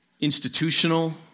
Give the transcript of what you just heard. institutional